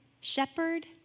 shepherd